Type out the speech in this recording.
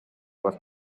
was